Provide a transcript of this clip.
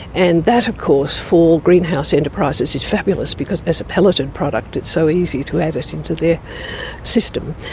and that of course for greenhouse enterprises is fabulous because as a pelleted product it's so easy to add it into their system.